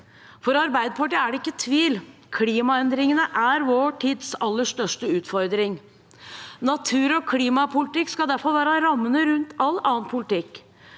For Arbeiderpartiet er det ikke tvil: Klimaendringene er vår tids aller største utfordring. Natur- og klimapolitikk skal derfor være rammene rundt all annen politikk.